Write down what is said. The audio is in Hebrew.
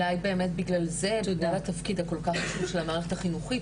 אולי בגלל זה התפקיד הכול כך חשוב של המערכת החינוכית,